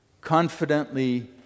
confidently